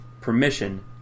permission